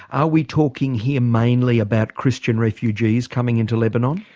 are we talking here mainly about christian refugees coming into lebanon?